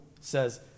says